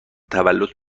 تولد